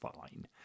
fine